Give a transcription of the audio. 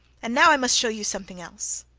and now i must show you something else